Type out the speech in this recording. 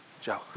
Joe